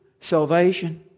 salvation